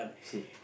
see